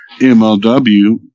MLW